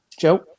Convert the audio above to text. Joe